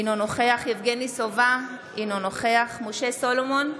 אינו נוכח יבגני סובה, אינו נוכח משה סולומון,